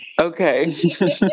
Okay